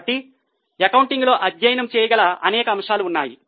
కాబట్టి అకౌంటింగ్లో అధ్యయనం చేయగల అనేక అంశాలు ఉన్నాయి